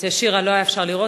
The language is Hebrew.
את שירה לא היה אפשר לראות,